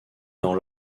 dans